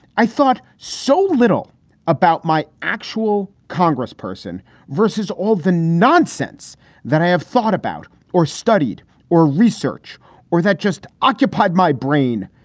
i thought so little about my actual congressperson versus all the nonsense that i have thought about or studied or research or that just occupied my brain.